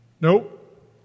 Nope